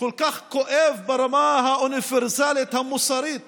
כואב ברמה האוניברסלית המוסרית